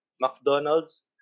McDonald's